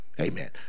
amen